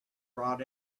brought